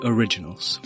Originals